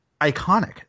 iconic